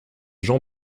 gens